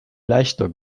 leichter